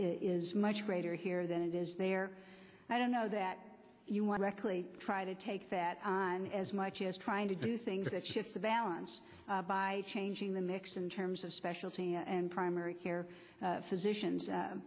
is much greater here than it is there and i don't know that you want to actually try to take that on as much as trying to do things that shift the balance by changing the mix in terms of specialty and primary care physician